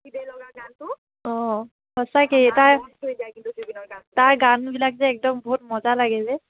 অ' সঁচাকৈ তাৰ তাৰ গানবিলাক যে একদম বহুত মজা লাগে দে